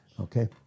Okay